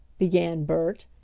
began bert,